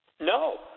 No